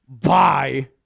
Bye